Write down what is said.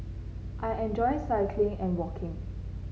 I enjoy cycling and walking